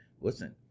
listen